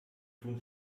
tun